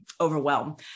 overwhelm